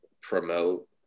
promote